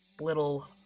little